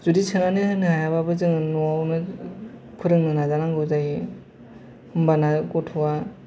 जुदि सोनानै होनो हायाबाबो जों न'आवनो फोरोंनो नाजानांगौ जायो होम्बाना गथ'आ